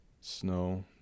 Snow